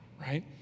right